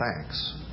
thanks